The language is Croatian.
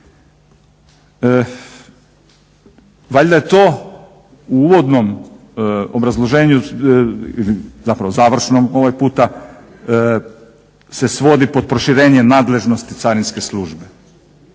Valjda je to u uvodnom obrazloženju, zapravo završnom ovaj puta se svodi pod proširenje nadležnosti Carinske službe.